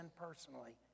personally